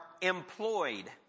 employed